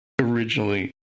originally